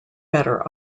better